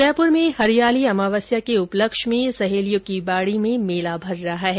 उदयपुर में हरियाली अमावस्या के उपलक्ष में सहेलियों की बाडी में मेला भर रहा है